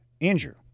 andrew